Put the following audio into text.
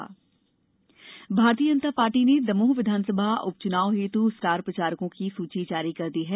star प्रचारक भारतीय जनता पार्टी ने दमोह विधानसभा उपचुनाव हेतु स्टार प्रचारकों की सूची जारी कर दी है